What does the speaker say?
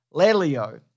L-E-L-I-O